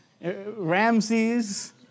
Ramses